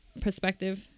perspective